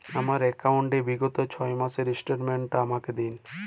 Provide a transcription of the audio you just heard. আমার অ্যাকাউন্ট র বিগত ছয় মাসের স্টেটমেন্ট টা আমাকে দিন?